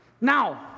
Now